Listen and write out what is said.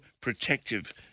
protective